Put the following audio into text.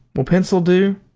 will pencil do?